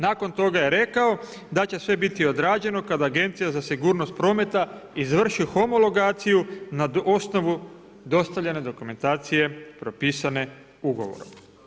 Nakon toga je rekao, da će sve biti odrađeno, kada Agencija za sigurnost prometa izvrši homologaciju, na osnovu dostavljene dokumentacije propisane ugovorom.